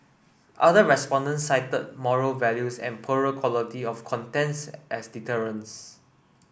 other respondents cited moral values and poorer quality of contents as deterrents